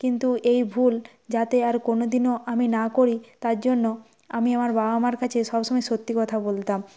কিন্তু এই ভুল যাতে আর কোনোদিনও আমি না করি তার জন্য আমি আমার বাবা মার কাছে সব সময় সত্যি কথা বলতাম